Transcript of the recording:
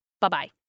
Bye-bye